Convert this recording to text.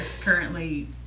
currently